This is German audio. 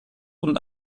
und